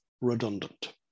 redundant